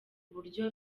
buryo